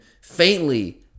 faintly